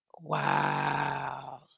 Wow